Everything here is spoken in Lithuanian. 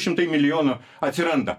šimtai milijonų atsiranda